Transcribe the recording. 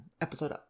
episode